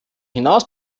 hinaus